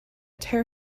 tear